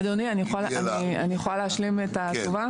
אדוני, אני יכולה להשלים את התשובה?